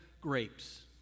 grapes